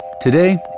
Today